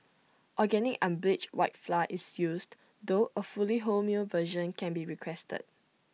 organic unbleached white flour is used though A fully wholemeal version can be requested